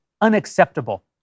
unacceptable